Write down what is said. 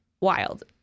Wild